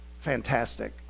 fantastic